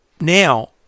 now